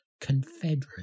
confederate